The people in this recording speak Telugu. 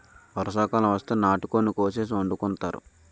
వర్షాకాలం వస్తే నాటుకోడిని కోసేసి వండుకుంతారు